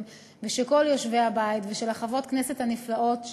ושל כל יושבי הבית ושל חברות הכנסת הנפלאות,